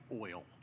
oil